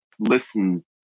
listen